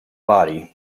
body